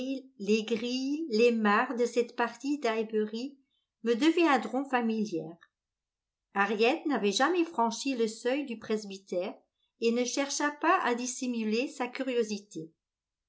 les grilles les mares de cette partie d'highbury me deviendront familières harriet n'avait jamais franchi le seuil du presbytère et ne chercha pas à dissimuler sa curiosité